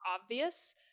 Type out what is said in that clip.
obvious